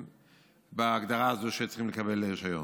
הם בהגדרה הזו שצריכים לקבל רישיון.